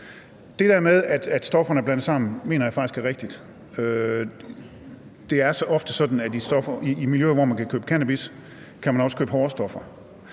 Det der med, at stofferne blandes sammen, mener jeg faktisk er rigtigt. Det er ofte sådan, at i miljøer, hvor man kan købe cannabis, kan man også købe hårde stoffer.